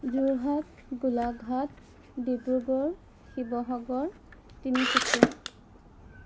Jorhat Golaghat Dibrugarh Sivasagar Tinsukia